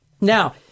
Now